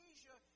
Asia